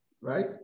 right